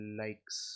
likes